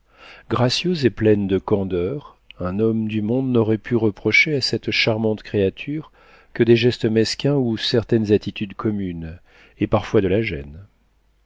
gracieuse et pleine de candeur un homme du monde n'aurait pu reprocher à cette charmante créature que des gestes mesquins ou certaines attitudes communes et parfois de la gêne